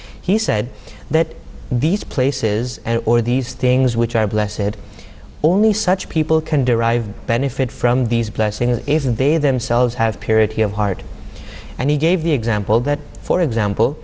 he said that these places or these things which are bless it only such people can derive benefit from these blessings that they themselves have period here at heart and he gave the example that for example